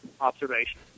observation